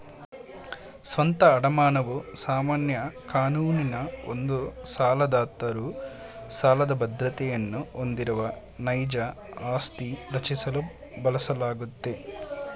ಸ್ವಂತ ಅಡಮಾನವು ಸಾಮಾನ್ಯ ಕಾನೂನಿನ ಒಂದು ಸಾಲದಾತರು ಸಾಲದ ಬದ್ರತೆಯನ್ನ ಹೊಂದಿರುವ ನೈಜ ಆಸ್ತಿ ರಚಿಸಲು ಬಳಸಲಾಗುತ್ತೆ